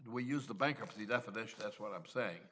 we use the bankruptcy definition that's what i'm saying